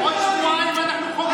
עוד שבועיים אנחנו חוגגים את חנוכה,